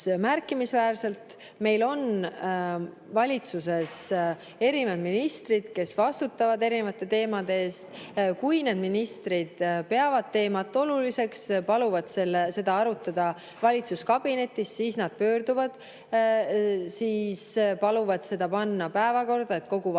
Meil on valitsuses erinevad ministrid, kes vastutavad erinevate teemade eest. Kui need ministrid peavad teemat oluliseks, paluvad seda arutada valitsuskabinetis, siis nad pöörduvad ja paluvad selle panna päevakorda, et kogu valitsus oleks